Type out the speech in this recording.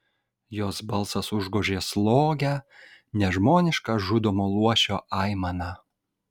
jos balsas užgožė slogią nežmonišką žudomo luošio aimaną